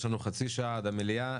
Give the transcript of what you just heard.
יש לנו חצי שעה עד למליאה,